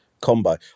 combo